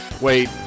wait